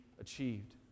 achieved